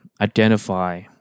identify